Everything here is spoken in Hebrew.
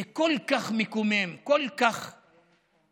זה כל כך מקומם, כל כך מעציב,